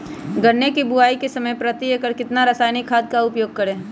गन्ने की बुवाई के समय प्रति एकड़ कितना रासायनिक खाद का उपयोग करें?